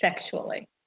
sexually